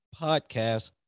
podcast